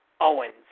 Owens